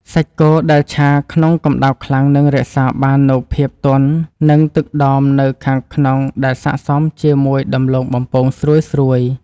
សាច់គោដែលឆាក្នុងកម្តៅខ្លាំងនឹងរក្សាបាននូវភាពទន់និងទឹកដមនៅខាងក្នុងដែលស័ក្តិសមជាមួយដំឡូងបំពងស្រួយៗ។